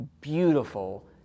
beautiful